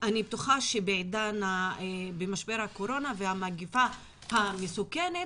אני בטוחה שבמשבר הקורונה והמגפה המסוכנת